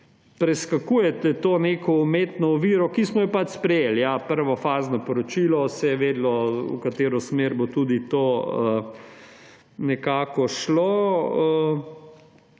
preskakujete to neko umetno oviro, ki smo jo pač sprejeli, ja, za prvofazno poročilo, se je vedelo, v katero smer bo tudi to šlo.